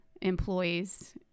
employees